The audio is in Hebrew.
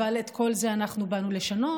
אבל את כל זה אנחנו באנו לשנות,